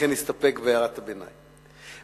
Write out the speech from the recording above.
לכן נסתפק בהערת הביניים.